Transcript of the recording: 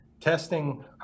testing